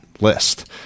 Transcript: list